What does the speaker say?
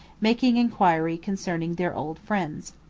making inquiry concerning their old friends.